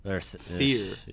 fear